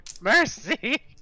mercy